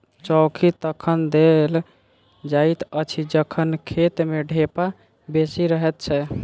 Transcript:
चौकी तखन देल जाइत अछि जखन खेत मे ढेपा बेसी रहैत छै